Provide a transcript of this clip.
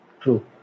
True